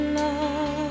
love